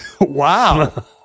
Wow